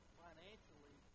financially